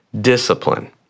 discipline